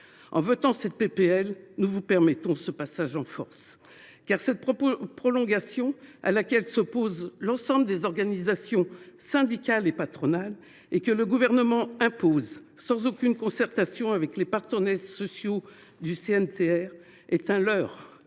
proposition de loi, nous permettrions ce passage en force, car cette prolongation, à laquelle s’oppose l’ensemble des organisations syndicales et patronales et que le Gouvernement impose sans aucune concertation avec les partenaires sociaux du CNTR, est un leurre